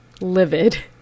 livid